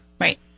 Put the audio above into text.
Right